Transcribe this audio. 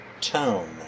tone